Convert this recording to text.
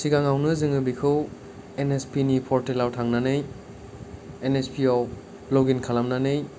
सिगांङावनो जोङो बेखौ एनएसपि नि पर्टेलयाव थांनानै एनएसपि याव लग इन खालामनानै